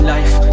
Life